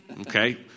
Okay